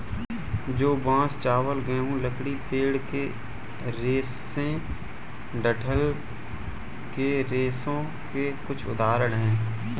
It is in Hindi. जौ, बांस, चावल, गेहूं, लकड़ी, पेड़ के रेशे डंठल के रेशों के कुछ उदाहरण हैं